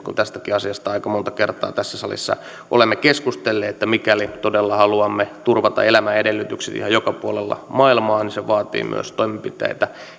kun tästäkin asiasta aika monta kertaa tässä salissa olemme keskustelleet että mikäli todella haluamme turvata elämän edellytykset ihan joka puolella maailmaa niin se vaatii myös toimenpiteitä